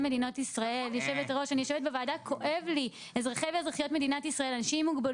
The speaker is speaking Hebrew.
הנושא של נגישות בחינוך עלה לדיון ראשון ביום המיוחד